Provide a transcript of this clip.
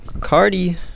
Cardi